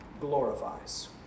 glorifies